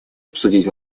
обсудить